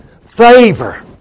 favor